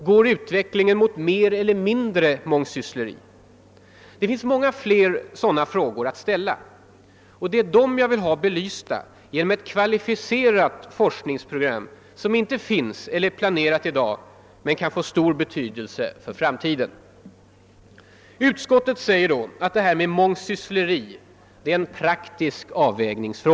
Går utvecklingen mot mer eller mot mindre mångsyssleri? Det finns många fler sådana frågor att ställa. Det är dem jag vill ha belysta genom ett kvalificerat forskningsprogram, som inte finns eller är planerat i dag men som kan få stor betydelse för framtiden. Utskottet säger att det här med mångsyssleri är en »praktisk avvägningsfråga».